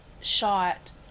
shot